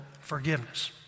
forgiveness